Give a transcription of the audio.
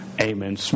Amen